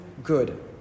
good